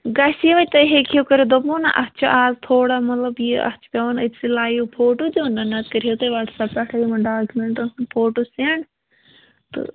گژھِ ہِوَے تُہۍ ہیٚکہوٗ کٔرِتھ دوٚپمو نَہ اَتھ چھِ آز تھوڑا مطلب یہِ اَتھ چھُ پٮ۪وان أتسٕے لایِو فوٹو نَہ نَتہٕ کٔرۍ ہوٗ تُہۍ وٹسَپ پٮ۪ٹھ یِمَن ڈاکمٮ۪نٛٹَن ہُنٛد فوٹو سٮ۪نٛڈ تہٕ